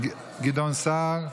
גדעון סער.